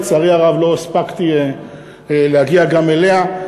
לצערי הרב לא הספקתי להגיע גם אליה.